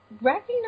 Recognize